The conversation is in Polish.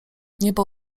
niebo